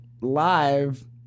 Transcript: live